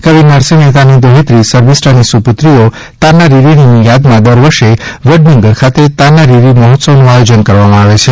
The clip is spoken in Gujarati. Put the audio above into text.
કવિ નરસિંહ મહેતાની દૌહિત્રી શર્મિષ્ઠાની સુપુત્રીઓ તાના રીરીની યાદમાં દર વર્ષે વડનગર ખાતે તાના રીરી મહોત્સવનું આયોજન કરવામાં આવે છે